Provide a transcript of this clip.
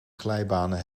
glijbanen